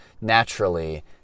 naturally